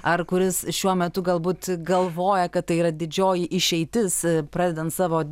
ar kuris šiuo metu galbūt galvoja kad tai yra didžioji išeitis pradedant savo